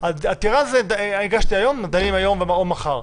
עתירה זה: הגשתי היום דנים היום או מחר.